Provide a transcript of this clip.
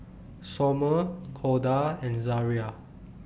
Sommer Corda and Zariah